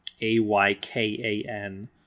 A-Y-K-A-N